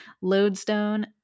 lodestone